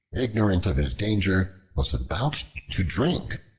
ignorant of his danger, was about to drink,